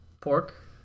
pork